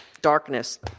darkness